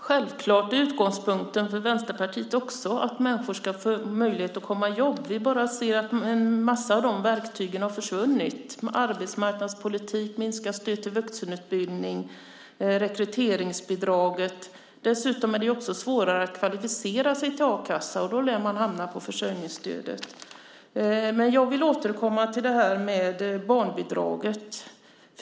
Fru talman! Självklart är utgångspunkten för Vänsterpartiet också att människor ska få möjlighet att komma i arbete. Vi bara ser att en mängd av de verktygen har försvunnit: arbetsmarknadspolitik, minskat stöd till vuxenutbildning, rekryteringsbidrag. Dessutom är det svårare att kvalificera sig till a-kassa. Då lär man hamna på försörjningsstödet. Men jag vill återkomma till barnbidraget.